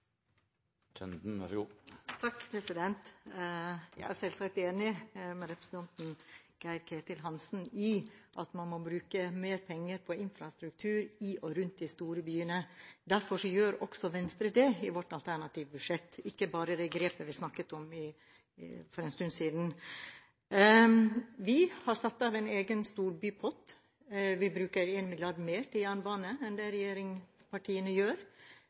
Jeg er selvsagt enig med representanten Geir-Ketil Hansen i at man må bruke mer penger på infrastruktur i og rundt de store byene. Derfor gjør også Venstre det i sitt alternative budsjett – ikke bare det grepet vi snakket om for en stund siden. Vi har satt av en egen storbypott. Vi bruker 1 mrd. kr mer til jernbane enn det regjeringspartiene gjør.